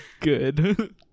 Good